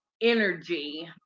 energy